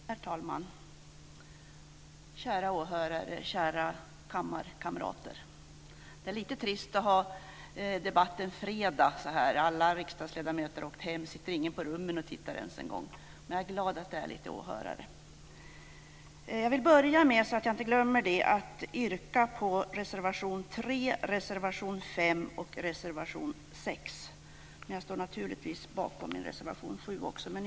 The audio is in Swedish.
Herr talman! Kära åhörare! Kära kammarkamrater! Det är lite trist att föra en debatt en fredag. Alla riksdagsledamöter har åkt hem - det sitter inte ens någon på rummen och tittar. Men jag är glad att det finns lite åhörare. Jag börjar med att yrka bifall till reservationerna 3, 5 och 6. Jag står naturligtvis bakom reservation 7 också.